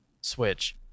switch